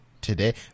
today